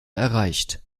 erreicht